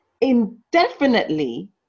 indefinitely